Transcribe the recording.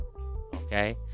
okay